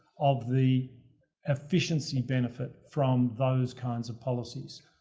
of the efficiency benefit from those kinds of policies.